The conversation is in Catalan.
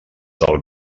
del